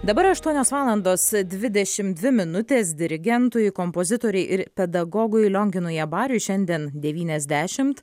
dabar aštuonios valandos dvidešimt dvi minutės dirigentui kompozitorei ir pedagogui lionginui abariui šiandien devyniasdešimt